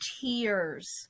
tears